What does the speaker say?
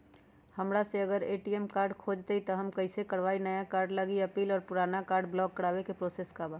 हमरा से अगर ए.टी.एम कार्ड खो जतई तब हम कईसे करवाई नया कार्ड लागी अपील और पुराना कार्ड ब्लॉक करावे के प्रोसेस का बा?